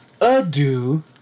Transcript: adieu